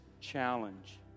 challenge